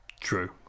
true